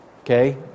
Okay